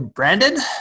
Brandon